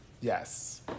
Yes